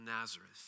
Nazareth